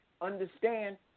understand